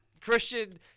Christian